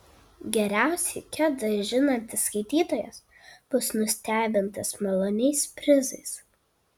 geriausiai ket žinantis skaitytojas bus nustebintas maloniais prizais